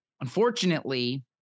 Unfortunately